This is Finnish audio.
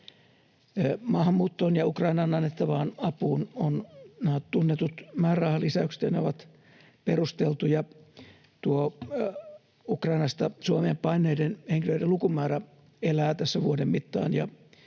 Maahanmuuttoon ja Ukrainaan annettavaan apuun on tunnetut määrärahalisäykset, ja ne ovat perusteltuja. Ukrainasta Suomeen paenneiden henkilöiden lukumäärä elää tässä vuoden mittaan,